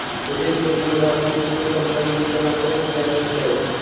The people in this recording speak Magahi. ऋण के मूल राशि से कंपनी चलाएल जाई छई